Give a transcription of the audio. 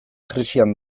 krisian